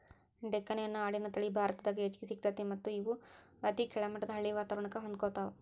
ಡೆಕ್ಕನಿ ಅನ್ನೋ ಆಡಿನ ತಳಿ ಭಾರತದಾಗ್ ಹೆಚ್ಚ್ ಸಿಗ್ತೇತಿ ಮತ್ತ್ ಇವು ಅತಿ ಕೆಳಮಟ್ಟದ ಹಳ್ಳಿ ವಾತವರಣಕ್ಕ ಹೊಂದ್ಕೊತಾವ